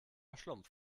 schlumpf